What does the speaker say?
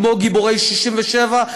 כמו גיבורי 67',